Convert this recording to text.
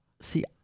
See